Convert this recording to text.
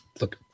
look